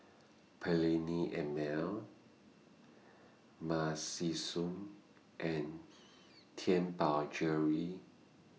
Perllini and Mel Narcissus and Tianpo Jewellery